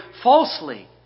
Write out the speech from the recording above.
falsely